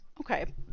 okay